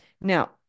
now